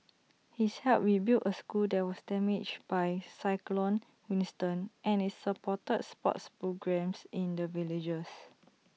he's helped rebuild A school that was damaged by cyclone Winston and is supported sports programmes in the villagers